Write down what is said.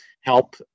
help